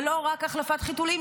ולא רק החלפת חיתולים,